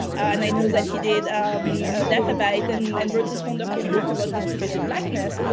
and i know that he did a data byte and and wrote this wonderful book about distributed blackness.